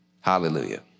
Hallelujah